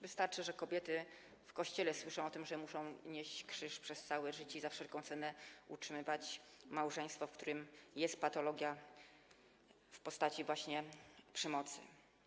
Wystarczy, że kobiety w kościele słyszą o tym, że muszą nieść krzyż przez całe życie i za wszelką ceną utrzymywać małżeństwo, w którym jest patologia w postaci właśnie przemocy.